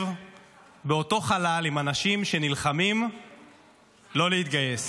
באותו חלל עם אנשים שנלחמים לא להתגייס.